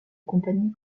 compagnie